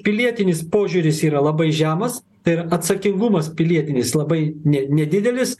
pilietinis požiūris yra labai žemas ir atsakingumas pilietinis labai ne nedidelis